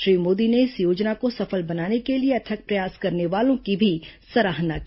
श्री मोदी ने इस योजना को सफल बनाने के लिए अथक प्रयास करने वालों की भी सराहना की